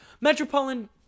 Metropolitan